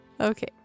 Okay